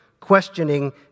questioning